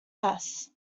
hess